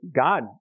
God